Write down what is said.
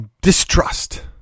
distrust